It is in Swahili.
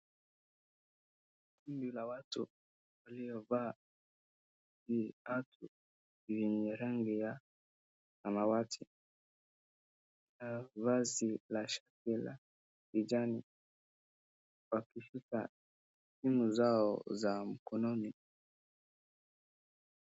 Kundi la watu waliovaa viatu vyenye rangi ya samawati na vazi la shati la kijani wakishika simu zao za mkononi.